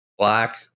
Black